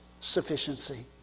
sufficiency